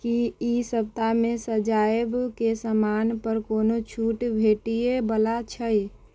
की ई सप्ताहमे सजायबके समानपर कोनो छूट भेटैवला छै